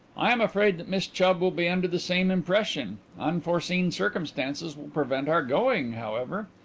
i am afraid that miss chubb will be under the same impression. unforeseen circumstances will prevent our going, however.